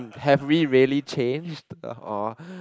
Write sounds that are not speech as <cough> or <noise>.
have we really changed or <breath>